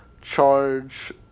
charge